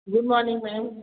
good morning ma'am